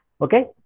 Okay